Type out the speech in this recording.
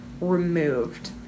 removed